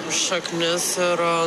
šaknis ir